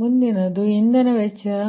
ಮುಂದಿನದು ಇಂಧನ ವೆಚ್ಚದ